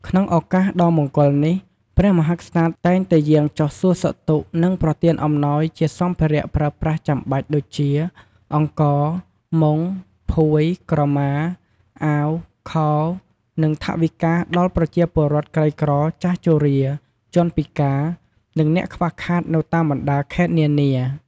ក្នុងឱកាសដ៏មង្គលនេះ ព្រះមហាក្សត្រតែងតែយាងចុះសួរសុខទុក្ខ និងប្រទានអំណោយជាសម្ភារៈប្រើប្រាស់ចាំបាច់ដូចជា អង្ករ មុង ភួយ ក្រមា អាវ ខោ និងថវិកា ដល់ប្រជាពលរដ្ឋក្រីក្រ ចាស់ជរា ជនពិការ និងអ្នកខ្វះខាតនៅតាមបណ្តាខេត្តនានា។